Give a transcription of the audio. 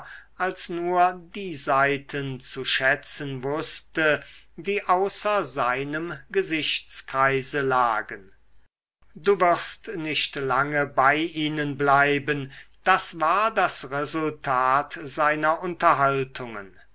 als nur die seiten zu schätzen wußte die außer seinem gesichtskreise lagen du wirst nicht lange bei ihnen bleiben das war das resultat seiner unterhaltungen